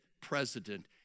president